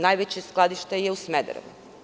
Najveće skladište je u Smederevu.